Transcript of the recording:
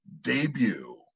debut